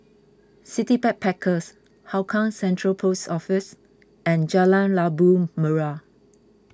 City Backpackers Hougang Central Post Office and Jalan Labu Merah